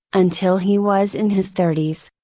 until he was in his thirties.